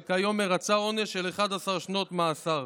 וכיום מרצה עונש של 11 שנות מאסר.